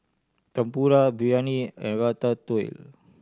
Tempura Biryani and Ratatouille